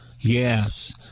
Yes